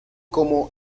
como